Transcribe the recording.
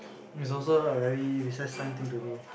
it's also a very recess time thing to do